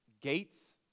gates